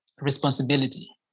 responsibility